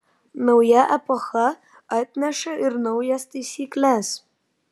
nauja epocha atneša ir naujas taisykles